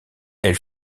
elle